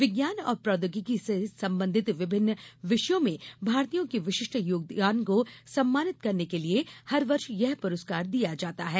विज्ञान और प्रौद्योगिकी से संबंधित विभिन्न विषयो में भारतीयों के विशिष्ट योगदान को सम्मानित करने के लिए हर वर्ष यह पुरस्कार दिया जाता है